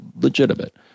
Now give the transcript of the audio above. legitimate